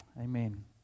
amen